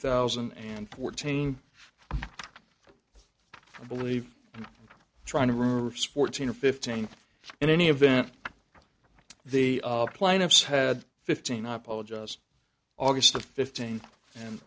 thousand and fourteen for believe trying to fourteen or fifteen in any event the plaintiffs had fifteen i apologize august fifteenth and